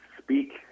speak